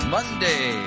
Monday